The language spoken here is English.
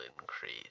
increase